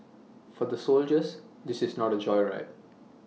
for the soldiers this is not A joyride